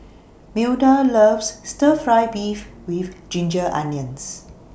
Milda loves Stir Fry Beef with Ginger Onions